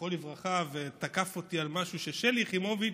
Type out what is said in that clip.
זכרו לברכה, ותקף אותי על משהו ששלי יחימוביץ'